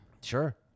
Sure